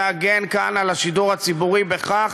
להגן כאן על השידור הציבורי בכך